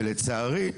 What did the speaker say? ולצערי,